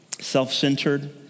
self-centered